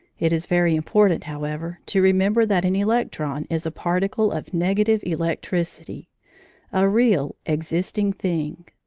it is very important, however, to remember that an electron is a particle of negative electricity a real existing thing.